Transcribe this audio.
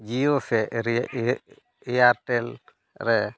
ᱡᱤᱭᱳ ᱥᱮ ᱮᱭᱟᱨᱴᱮᱞ ᱨᱮ